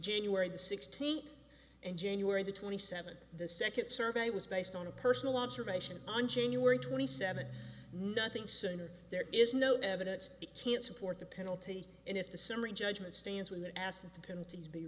january the sixteenth and january the twenty seven the second survey was based on a personal observation on january twenty seventh nothing sooner there is no evidence it can't support the penalty and if the summary judgment stands when they're asked the penalties be